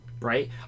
Right